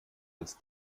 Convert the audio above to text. als